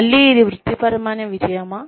మళ్ళీ ఇది వృత్తిపరమైన విజయమా